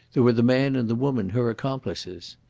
there were the man and the woman, her accomplices.